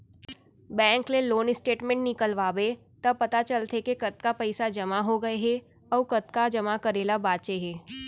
bank ले loan statement निकलवाबे त पता चलथे के कतका पइसा जमा हो गए हे अउ कतका जमा करे ल बांचे हे